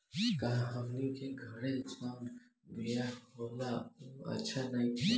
का हमनी के घरे जवन बिया होला उ अच्छा नईखे?